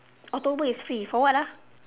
october is free for what ah